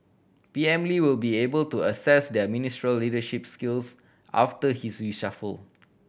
P M Lee will be able to assess their ministerial leadership skills after his reshuffle